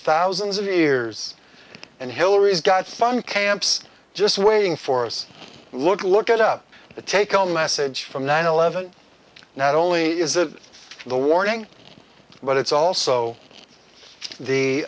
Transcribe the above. thousands of years and hillary's got fun camps just waiting for us look look it up the take home message from nine eleven not only is that the warning but it's also the